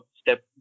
step